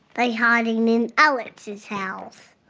ah hiding in alex's house.